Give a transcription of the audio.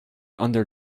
under